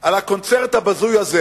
על הקונצרט הבזוי הזה